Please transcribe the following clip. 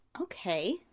okay